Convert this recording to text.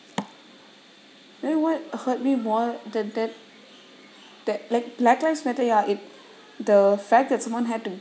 then what hurt me more than that that black black lives matter ya it the fact that someone had to